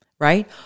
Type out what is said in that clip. right